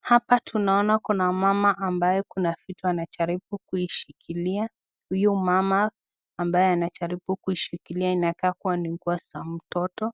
Hapa tunaona Kuna mama ambaye Kuna vitu anajaribu kuishikilia huyu mama ambaye anajaribu kushikilia anakaa kuwa ni nguo za mtoto,